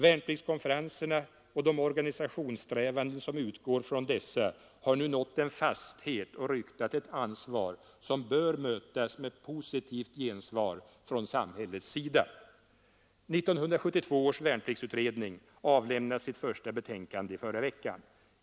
Värnpliktskonferenserna och de organisationssträvanden som utgår från dessa har nu nått en fasthet och ryktat ett ansvar som bör mötas med positivt gensvar från samhällets sida. 1972 års värnpliktsutredning avlämnade sitt första betänkande i förra veckan.